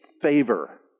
favor